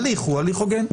הליך הוא הליך הוגן.